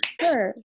sure